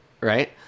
right